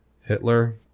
Hitler